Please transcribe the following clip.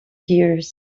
gears